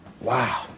Wow